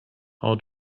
how